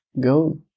go